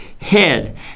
head